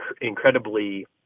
incredibly